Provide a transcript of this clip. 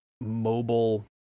mobile